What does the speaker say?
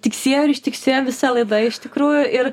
tiksėjo ir ištiksėjo visa laida iš tikrųjų ir